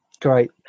Great